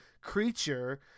creature